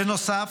בנוסף,